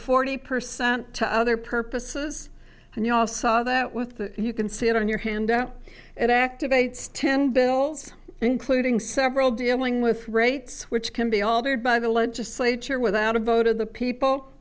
forty percent to other purposes and you all saw that with the you can see it on your hand it activates ten bills including several dealing with rates which can be altered by the legislature without a vote of the people